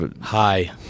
Hi